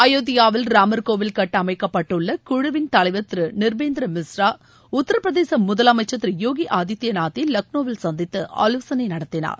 அயோத்தியாவில் ராமர்கோவில் கட்ட அமைக்கப்பட்டுள்ள குழுவின் தலைவர் திரு நிர்பேந்திர மிஸ்ரா உத்தரப்பிரதேச முதலமைச்சர் திரு போகி ஆதித்பநாத்தை லக்னோவில் சந்தித்து ஆலோசனை நடத்தினார்